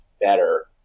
better